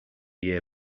year